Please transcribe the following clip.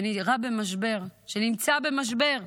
שנראה במשבר, שנמצא במשבר,